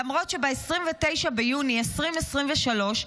למרות שב-29 ביוני 2023,